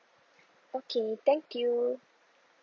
okay thank you